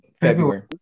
February